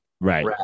Right